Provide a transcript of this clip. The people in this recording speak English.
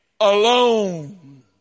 alone